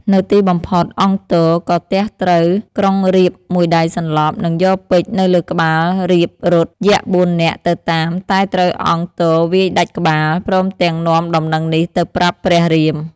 នៅទីបំផុតអង្គទ ក៏ទះត្រូវក្រុងរាពណ៍មួយដៃសន្លប់ និងយកពេជ្រនៅលើក្បាលរាពណ៍រត់ យក្ស៤នាក់ទៅតាម តែត្រូវអង្គទវាយដាច់ក្បាល ព្រមទាំងនាំដំណឹងនេះទៅប្រាប់ព្រះរាម។